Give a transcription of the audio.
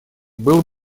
было